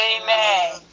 Amen